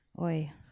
Oi